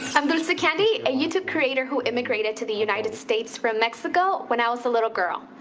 i'm dulce candy, a youtube creator who immigrated to the united states from mexico when i was a little girl.